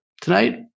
tonight